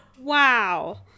wow